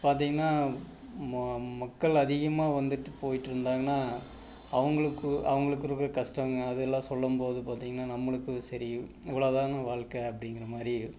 பார்த்திங்கனா மொ மக்கள் அதிகமாக வந்துட்டு போயிட்டு இருந்தாங்கனால் அவங்களுக்கு அவங்களுக்கு இருக்கிற கஷ்டங்கள் அதெல்லாம் சொல்லும் போது பார்த்தீங்கனா நம்மளுக்கும் சரி இவ்வளோ தானா வாழ்க்கை அப்படிங்குற மாதிரி